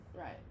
right